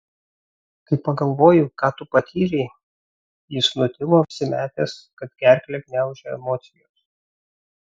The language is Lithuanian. kai pagalvoju ką tu patyrei jis nutilo apsimetęs kad gerklę gniaužia emocijos